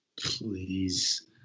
Please